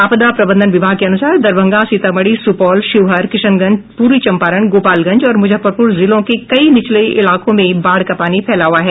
आपदा प्रबंधन विभाग के अनुसार दरभंगा सीतामढ़ी सुपौल शिवहर किशनगंज पूर्वी चम्पारण गोपालगंज और मुजफ्फरपुर जिलों के कई निचले इलाकों में बाढ़ का पानी फैला हुआ है